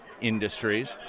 industries